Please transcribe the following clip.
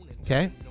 Okay